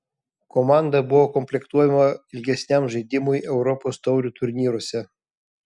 komanda buvo komplektuojama ilgesniam žaidimui europos taurių turnyruose